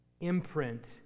imprint